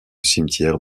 cimetière